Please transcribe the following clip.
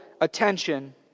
attention